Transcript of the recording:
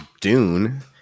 dune